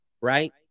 right